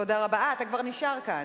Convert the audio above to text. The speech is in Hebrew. אה, אתה כבר נשאר כאן.